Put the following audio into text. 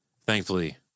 Thankfully